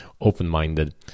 open-minded